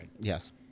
yes